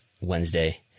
Wednesday